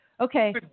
okay